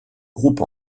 groupe